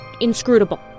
inscrutable